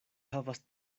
havas